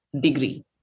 degree